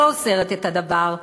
שאוסרת את הדבר".